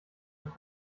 ist